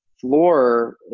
floor